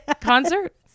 concert